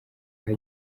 aho